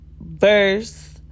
verse